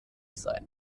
sein